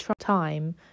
time